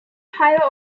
higher